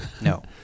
No